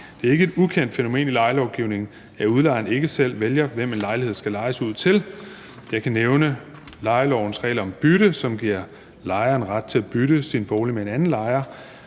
Det er ikke et ukendt fænomen i lejelovgivningen, at udlejeren ikke selv vælger, hvem en lejlighed skal udlejes til. Jeg kan nævne lejelovens regler om bytte, som giver lejerne ret til at bytte sin bolig med en anden lejers